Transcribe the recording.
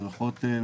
למשל הדרכות.